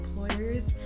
employers